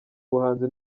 ubuhanzi